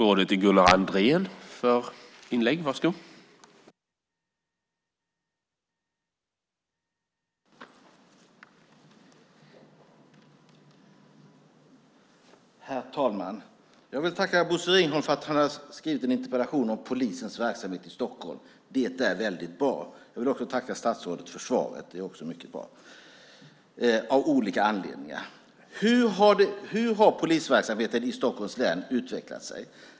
Herr talman! Jag tackar Bosse Ringholm för att han har skrivit en interpellation om polisens verksamhet i Stockholm. Det är väldigt bra. Jag tackar också statsrådet för svaret. Det är också mycket bra av olika anledningar. Hur har polisverksamheten i Stockholms län utvecklats?